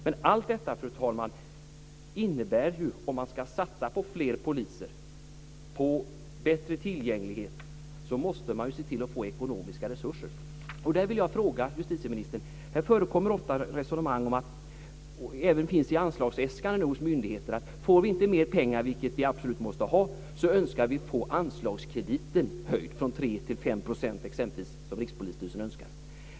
Men allt detta, fru talman, innebär ju att man, om man ska satsa på fler poliser och på bättre tillgänglighet, måste se till att få ekonomiska resurser. I det här sammanhanget förekommer ofta ett resonemang som även finns i anslagsäskanden hos myndigheter. Man säger: Om vi inte får mer pengar, vilket vi absolut måste ha, så önskar vi få anslagskrediten höjd från, exempelvis, 3 % till 5 %, som Rikspolisstyrelsen önskar.